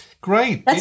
Great